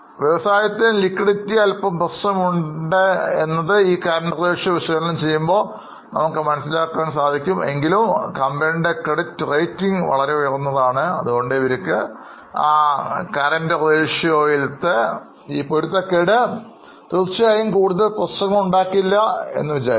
വ്യവസായത്തിന് ലിക്വിഡിറ്റി അല്പം പ്രശ്നമാണ് എങ്കിലും നിലവിലെ ക്രെഡിറ്റ് റേറ്റിംഗ് വളരെ ഉയർന്നതിനാൽ അവർക്ക് നിയന്ത്രിക്കാൻ കഴിയും